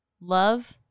love